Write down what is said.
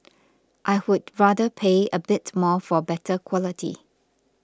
I would rather pay a bit more for better quality